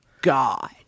God